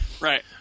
right